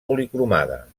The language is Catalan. policromada